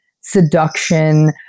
seduction